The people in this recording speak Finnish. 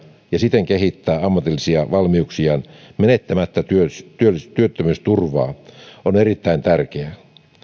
ja siten kehittää ammatillisia valmiuksiaan menettämättä työttömyysturvaa on erittäin tärkeä